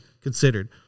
considered